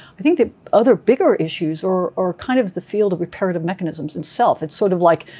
i think that other bigger issues, or or kind of the field of reparative mechanisms itself it's sort of like,